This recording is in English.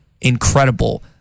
incredible